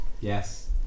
Yes